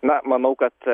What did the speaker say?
na manau kad